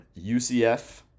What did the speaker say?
UCF